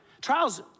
Trials